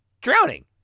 drowning